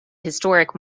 historic